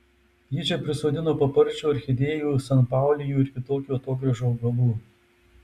ji čia prisodino paparčių orchidėjų sanpaulijų ir kitokių atogrąžų augalų